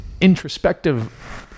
introspective